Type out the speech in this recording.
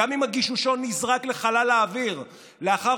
וגם אם הגישושון נזרק לחלל האוויר לאחר